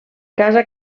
casa